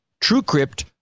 TrueCrypt